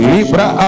Libra